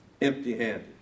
empty-handed